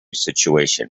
situation